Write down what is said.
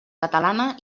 catalana